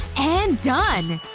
and done!